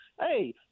Hey